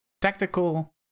tactical